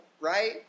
right